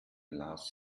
lars